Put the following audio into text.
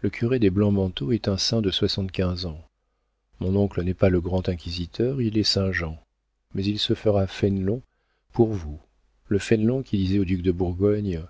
le curé des blancs-manteaux est un saint de soixante-quinze ans mon oncle n'est pas le grand inquisiteur il est saint jean mais il se fera fénelon pour vous le fénelon qui disait au duc de bourgogne